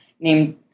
named